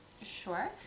Sure